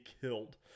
killed